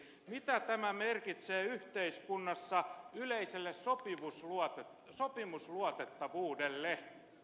mitä tämä merkitsee yhteiskunnassa yleiselle sopimusluotettavuudelle